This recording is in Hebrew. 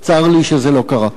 צר לי שזה לא קרה.